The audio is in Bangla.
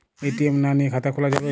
এ.টি.এম না নিয়ে খাতা খোলা যাবে?